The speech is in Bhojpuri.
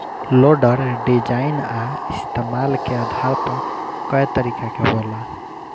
लोडर डिजाइन आ इस्तमाल के आधार पर कए तरीका के होला